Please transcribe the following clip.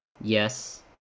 Yes